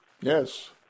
Yes